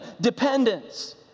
dependence